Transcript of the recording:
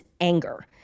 anger